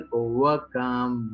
overcome